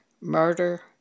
murder